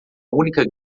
única